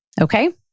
okay